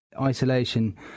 isolation